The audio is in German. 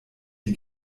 die